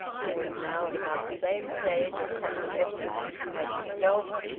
who was now at about the same stage of convalescence as himself,